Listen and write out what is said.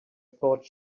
thought